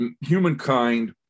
humankind